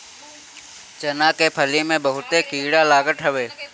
चना के फली में बहुते कीड़ा लागत हवे